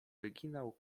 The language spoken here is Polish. wyginał